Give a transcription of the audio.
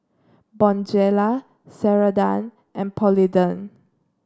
Bonjela Ceradan and Polident